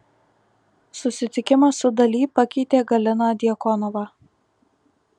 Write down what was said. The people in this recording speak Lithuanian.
susitikimas su dali pakeitė galiną djakonovą